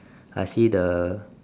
I see the